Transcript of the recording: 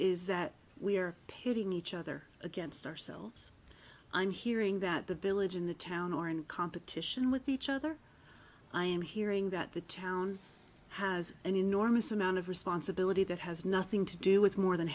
is that we are pitting each other against ourselves i'm hearing that the village in the town or in competition with each other i am hearing that the town has an enormous amount of responsibility that has nothing to do with more than